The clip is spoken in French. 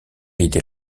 était